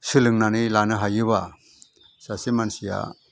सोलोंनानै लानो हायोबा सासे मानसिया